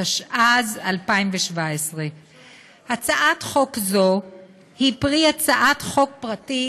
התשע"ז 2017. הצעת חוק זו היא פרי הצעת חוק פרטית